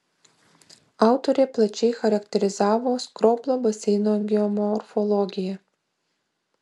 autorė plačiai charakterizavo skroblo baseino geomorfologiją